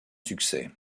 succès